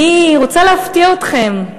אני רוצה להפתיע אתכם,